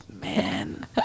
man